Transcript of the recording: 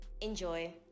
Enjoy